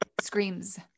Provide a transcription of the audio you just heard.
screams